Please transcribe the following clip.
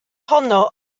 honno